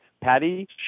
Patty